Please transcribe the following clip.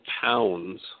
pounds